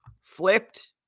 flipped